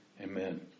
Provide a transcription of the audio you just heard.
Amen